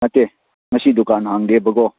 ꯅꯠꯇꯦ ꯉꯁꯤ ꯗꯨꯀꯥꯟ ꯍꯥꯡꯗꯦꯕꯀꯣ